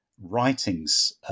writings